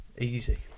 Easy